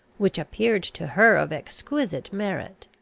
which appeared to her of exquisite merit.